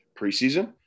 preseason